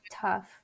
tough